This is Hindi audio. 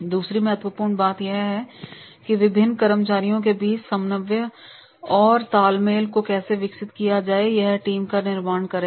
दूसरी महत्वपूर्ण बात यह भी है कि विभिन्न कर्मचारियों के बीच समन्वय और तालमेल को कैसे विकसित किया जाए और यही टीम का निर्माण करेगा